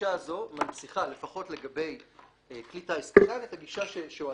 הגישה הזו מנציחה לפחות לגבי כלי טיס קטן את הגישה שהועלתה